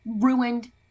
ruined